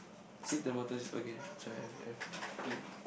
sing to the mountains okay sorry I've I've been through this already